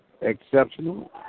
exceptional